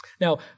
Now